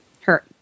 hurt